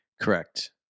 Correct